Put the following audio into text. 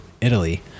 Italy